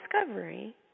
discovery